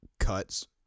cuts